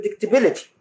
predictability